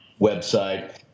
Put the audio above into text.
website